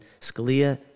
Scalia